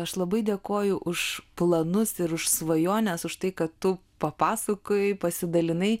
aš labai dėkoju už planus ir už svajones už tai kad tu papasakojai pasidalinai